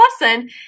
lesson